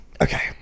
Okay